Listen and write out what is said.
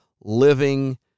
living